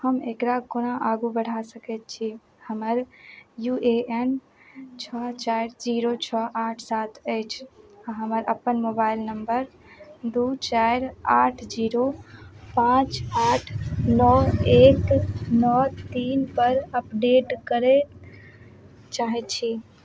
हम एकरा कोना आगू बढ़ा सकैत छी हमर यू ए एन छओ चारि जीरो छओ आठ सात अछि आओर हमर अपन मोबाइल नम्बर दू चारि आठ जीरो पाँच आठ नओ एक नओ तीन पर अपडेट करय चाहय छी